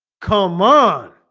come on